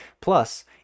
Plus